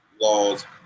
laws